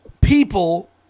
People